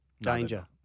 Danger